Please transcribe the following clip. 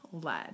led